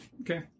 Okay